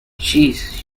jeez